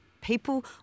people